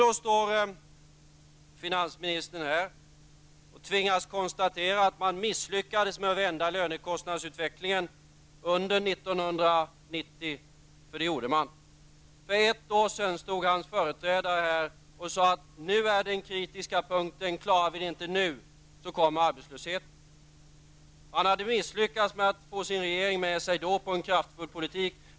Då står finansministern här och tvingas konstatera att man misslyckades med att vända lönekostnadsutvecklingen under 1990, för det gjorde man. För ett år sedan stod hans företrädare här och sade: Nu är den kritiska punkten. Klarar vi det inte nu, så kommer arbetslösheten. Han misslyckades då med att få sin regering med sig på en kraftfull politik.